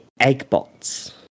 eggbots